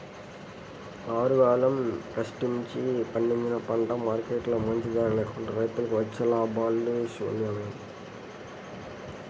ఆరుగాలం కష్టించి పండించిన పంటకు మార్కెట్లో మంచి ధర లేకుంటే రైతులకు వచ్చే లాభాలు శూన్యమే